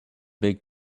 big